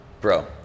bro